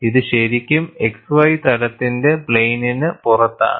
ഇത് ശരിക്കും xy തലത്തിന്റെ പ്ലെയിനിനു പുറത്താണ്